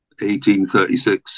1836